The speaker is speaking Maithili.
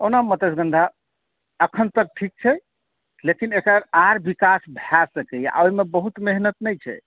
ओना मत्स्यगन्धा खन तक ठीक छै लेकिन एकर आर विकास भए सकय आ ओहिमे बहुत मेहनत नहि छै